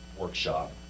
workshop